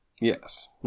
Yes